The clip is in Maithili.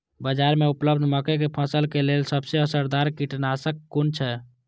बाज़ार में उपलब्ध मके के फसल के लेल सबसे असरदार कीटनाशक कुन छै?